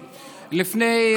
לפני,